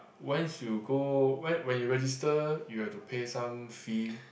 once you go when when you register you have to pay some fee